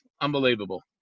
unbelievable